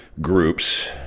groups